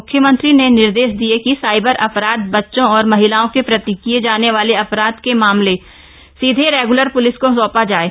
मुख्यमंत्री ने निर्देश दिये कि साइबर अपराध बच्चों और महिलाओं के प्रति किए जाने वाले अपराध के मामले सीधे रेगुलर पुलिस को सौंपा जाएं